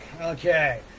okay